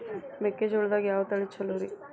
ಮೆಕ್ಕಿಜೋಳದಾಗ ಯಾವ ತಳಿ ಛಲೋರಿ?